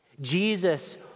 Jesus